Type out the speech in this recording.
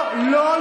לא, לא התחלתי.